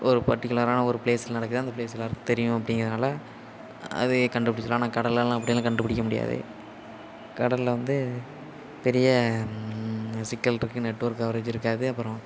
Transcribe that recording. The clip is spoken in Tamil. ஒரு பர்டிகுலரான ஒரு பிளேஸில் நடக்குது அந்த பிளேஸ் எல்லாருக்கும் தெரியும் அப்படிங்கிறதுனால அதைய கண்டுபிடிச்சிட்லாம் ஆனால் கடல்லலாம் அப்படிலாம் கண்டுபிடிக்க முடியாது கடலில் வந்து பெரிய சிக்கல் இருக்கு நெட்ஒர்க் கவரேஜ் இருக்காது அப்புறோம்